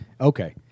okay